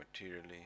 materially